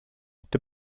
der